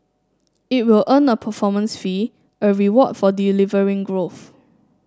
it will earn a performance fee a reward for delivering growth